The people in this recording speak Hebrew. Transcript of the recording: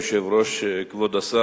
כבוד היושב-ראש, תודה, כבוד השר,